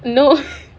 no